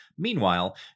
Meanwhile